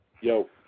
Yo